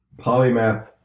polymath